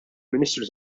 ministru